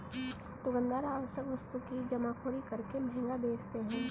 दुकानदार आवश्यक वस्तु की जमाखोरी करके महंगा बेचते है